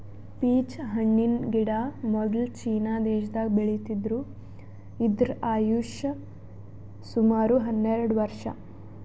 peach ಹಣ್ಣಿನ್ ಗಿಡ ಮೊದ್ಲ ಚೀನಾ ದೇಶದಾಗ್ ಬೆಳಿತಿದ್ರು ಇದ್ರ್ ಆಯುಷ್ ಸುಮಾರ್ ಹನ್ನೆರಡ್ ವರ್ಷ್